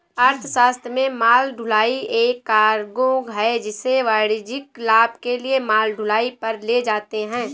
अर्थशास्त्र में माल ढुलाई एक कार्गो है जिसे वाणिज्यिक लाभ के लिए माल ढुलाई पर ले जाते है